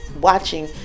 watching